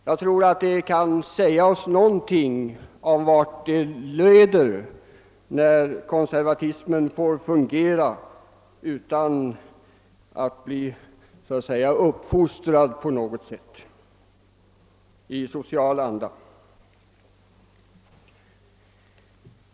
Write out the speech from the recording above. Dessa exempel kan säga oss någonting om vart det leder när konservatismen får fungera utan att, så att säga, bli uppfostrad i social anda.